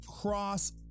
cross